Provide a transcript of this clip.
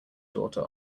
daughter